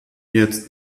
jetzt